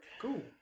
cool